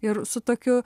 ir su tokiu